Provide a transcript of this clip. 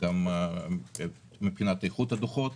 גם מבחינת איכות הדוחות